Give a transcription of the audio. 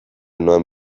noan